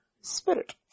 spirit